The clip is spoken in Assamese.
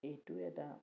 এইটো এটা